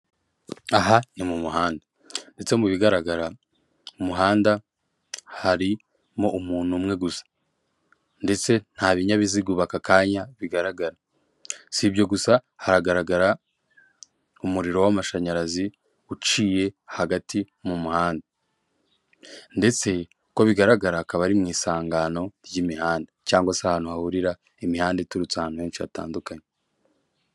Aha ni mu muhanda. Ndetse mu bigaragara mu muhanda harimo umuntu umwe gusa. Ndetse nta binyabiziga ubu akakanya bigaragara. Si ibyo gusa haragaragara umuriro w'amashanyarazi, uciye hagati mu muhanda. Ndetse uko bigaragara, akaba ari mu isangano ry'imihanda cyangwe se ahantu hahurira imihanda iturutse ahantu henshi hatandukanye.